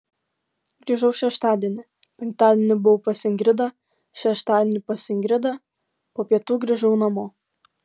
grįžau šeštadienį penktadienį buvau pas ingridą šeštadienį pas ingridą po pietų grįžau namo